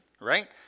right